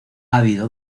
habido